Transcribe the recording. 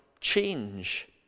change